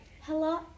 Hello